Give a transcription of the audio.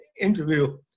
interview